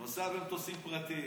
הוא נוסע במטוסים פרטיים,